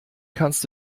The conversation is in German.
kannst